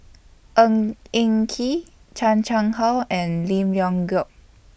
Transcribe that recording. Ng Eng Kee Chan Chang How and Lim Leong Geok